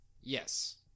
Yes